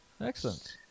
excellent